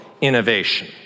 innovation